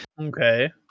Okay